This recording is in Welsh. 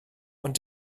ond